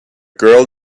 girl